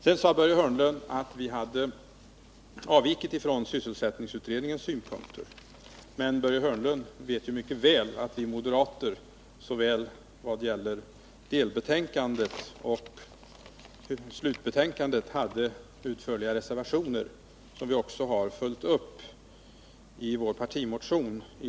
Sedan sade Börje Hörnlund att vi hade avvikit från sysselsättningsutredningens synpunkter, men han vet ju mycket väl att vi moderater i vad gäller såväl delbetänkandet som slutbetänkandet hade utförliga reservationer, som vi också har tagit upp i vår partimotion.